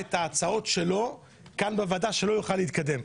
את ההצעות שלו כאן בוועדה כדי לא יוכל להתקדם?